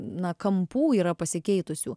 na kampų yra pasikeitusių